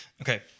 okay